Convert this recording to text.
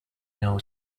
know